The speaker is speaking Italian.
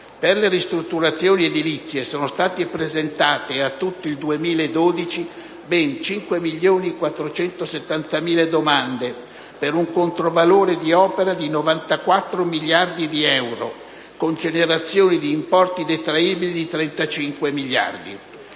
per le ristrutturazioni edilizie sono state presentate, a tutto il 2012, ben 5.470.000 domande, per un controvalore di opere di 94 miliardi di euro, con generazione di importi detraibili di 35 miliardi